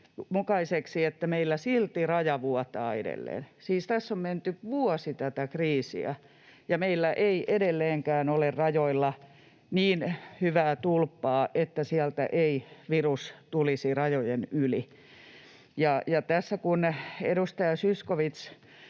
että meillä silti raja vuotaa edelleen. Siis tässä on menty vuosi tätä kriisiä, ja meillä ei edelleenkään ole rajoilla niin hyvää tulppaa, että sieltä ei virus tulisi rajojen yli. Ja — kuten tässä edustaja Zyskowicz